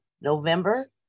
November